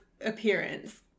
appearance